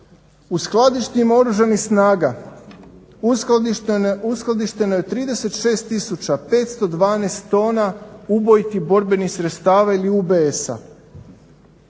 U skladištima Oružanih snaga uskladišteno je 36 tisuća 512 tona ubojitih borbenih sredstava ili UBS-a.